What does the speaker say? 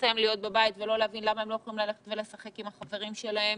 להם להיות בבית ולא להבין למה הם לא יכולים ללכת ולשחק עם החברים שלהם